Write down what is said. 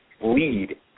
lead